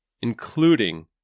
including